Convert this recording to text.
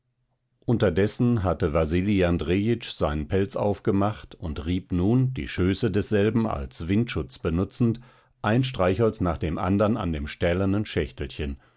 unterdessen hatte wasili andrejitsch seinen pelz aufgemacht und rieb nun die schöße desselben als windschutz benutzend ein streichholz nach dem andern an dem stählernen schächtelchen